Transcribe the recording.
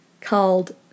called